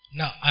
now